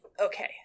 okay